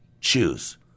Choose